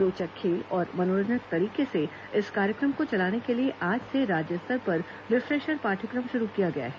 रोचक खेल और मनोरंजक तरीके से इस कार्यक्रम को चलाने के लिए आज से राज्य स्तर पर रिफ्रेशर पाठ्यक्रम श्रू किया गया है